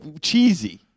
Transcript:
cheesy